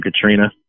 Katrina